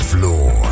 Floor